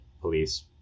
police